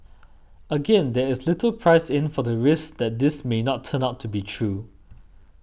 again there is little priced in for the risk that this may not turn out to be true